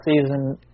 season